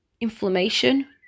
inflammation